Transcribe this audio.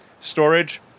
storage